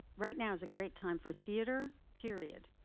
right now is a great time for theater, period,